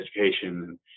education